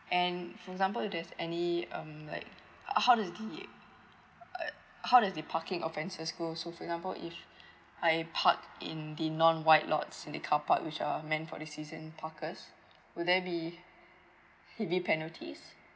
and for example if there's any um like how does the uh how does the parking offenses goes so for example if I park in the non white lots in the carpark which are meant for the season parkers will there be will be penalties